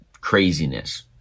craziness